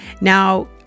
Now